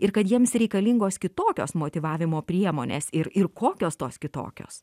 ir kad jiems reikalingos kitokios motyvavimo priemonės ir ir kokios tos kitokios